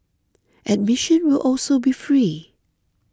admission will also be free